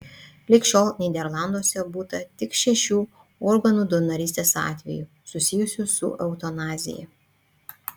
lig šiol nyderlanduose būta tik šešių organų donorystės atvejų susijusių su eutanazija